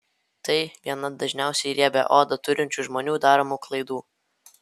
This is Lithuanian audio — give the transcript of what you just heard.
tai viena dažniausiai riebią odą turinčių žmonių daromų klaidų